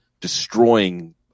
destroying